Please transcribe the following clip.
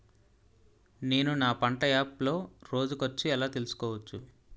నేను నా పంట యాప్ లో రోజు ఖర్చు ఎలా తెల్సుకోవచ్చు?